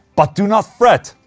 but do not fret,